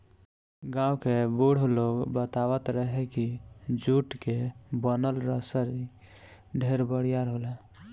गांव के बुढ़ लोग बतावत रहे की जुट के बनल रसरी ढेर बरियार होला